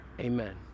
amen